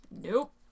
Nope